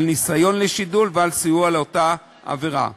על ניסיון לשידול ועל סיוע לאותה עבירה.